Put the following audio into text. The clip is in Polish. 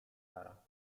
sara